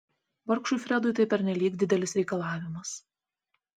vargšui fredui tai pernelyg didelis reikalavimas